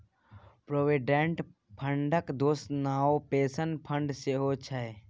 provident फंडक दोसर नाओ पेंशन फंड सेहौ छै